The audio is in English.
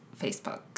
facebook